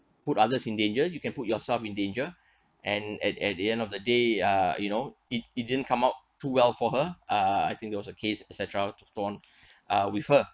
put others in danger you can put yourself in danger and at at the end of the day uh you know it it didn't come out too well for her uh I think there was a case etcetera to thrown uh with her